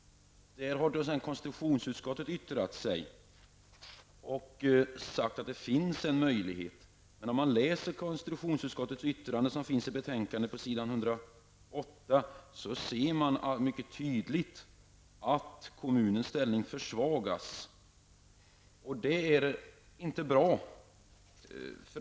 Konstitutionsutskottet har yttrat sig i frågan och sagt att det finns en möjlighet. Men när man läser konstitutionsutskottets yttrande på s. 108 i betänkandet ser man tydligt att kommunens ställning försvagas. Det är inte bra.